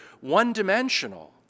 one-dimensional